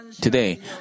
Today